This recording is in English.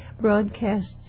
broadcasts